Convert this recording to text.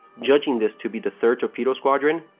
judging this to be the third torpedo squadron,